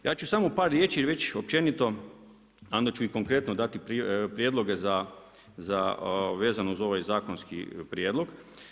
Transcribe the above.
Ja ću samo u par riječi reći općenito, a onda ću i konkretno dati prijedloge vezano uz ovaj zakonski prijedlog.